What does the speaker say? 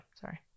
sorry